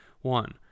One